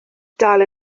dal